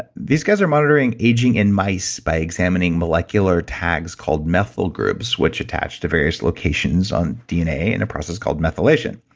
these guys are monitoring aging in mice by examining molecular tags called methyl groups which attach to various locations on dna in a process called methylation.